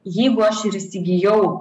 jeigu aš ir įsigijau